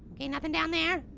okay, nothing down there.